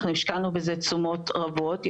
אנחנו השקענו בזה תשומות רבות.